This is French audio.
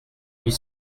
huit